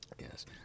Yes